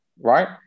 Right